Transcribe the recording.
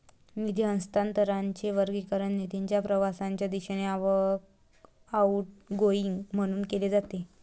निधी हस्तांतरणाचे वर्गीकरण निधीच्या प्रवाहाच्या दिशेने आवक, आउटगोइंग म्हणून केले जाते